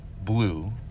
blue